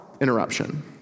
interruption—